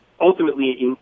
ultimately